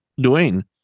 Duane